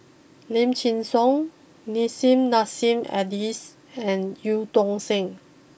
Lim Chin Siong Nissim Nassim Adis and Eu Tong Sen